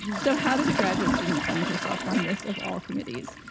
so how did a graduate student find herself on this, of all committees,